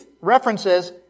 references